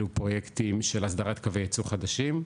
אלו פרויקטים של הסדרת קווי יצוא חדשים,